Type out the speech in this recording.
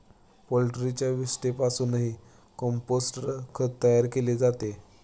पोल्ट्रीच्या विष्ठेपासूनही कंपोस्ट खत तयार केले जाते